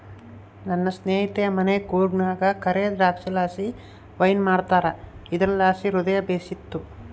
ನನ್ನ ಸ್ನೇಹಿತೆಯ ಮನೆ ಕೂರ್ಗ್ನಾಗ ಕರೇ ದ್ರಾಕ್ಷಿಲಾಸಿ ವೈನ್ ಮಾಡ್ತಾರ ಇದುರ್ಲಾಸಿ ಹೃದಯ ಬೇಶಿತ್ತು